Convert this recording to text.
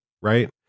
right